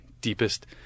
deepest